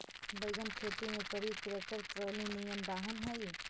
wagon खेती में प्रयुक्त ट्रैक्टर ट्रॉली निअन वाहन हई